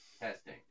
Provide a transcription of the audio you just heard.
Testing